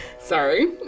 Sorry